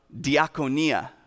diaconia